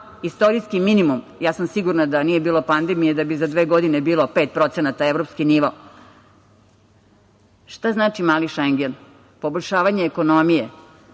Istorijski minimum. Ja sam sigurno da nije bilo pandemije da bi za dve godine bilo 5%, evropski nivo. Šta znači „mali Šengen“? Poboljšavanje ekonomije,